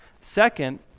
Second